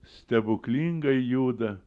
stebuklingai juda